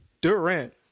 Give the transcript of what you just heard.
Durant